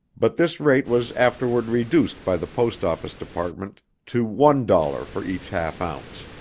but this rate was afterward reduced by the post office department to one dollar for each half ounce.